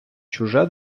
чуже